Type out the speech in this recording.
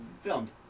Filmed